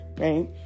right